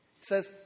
says